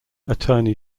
attorney